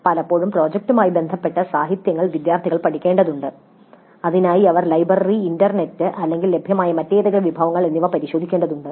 പലപ്പോഴും പ്രോജക്റ്റുമായി ബന്ധപ്പെട്ട സാഹിത്യങ്ങൾ വിദ്യാർത്ഥികൾ പഠിക്കേണ്ടതുണ്ട് അതിനായി അവർ ലൈബ്രറി ഇൻറർനെറ്റ് അല്ലെങ്കിൽ ലഭ്യമായ മറ്റേതെങ്കിലും വിഭവങ്ങൾ എന്നിവ പരിശോധിക്കേണ്ടതുണ്ട്